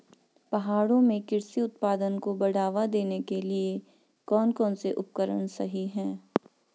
पहाड़ों में कृषि उत्पादन को बढ़ावा देने के लिए कौन कौन से उपकरण सही हैं?